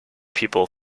people